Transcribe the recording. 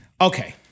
Okay